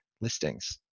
listings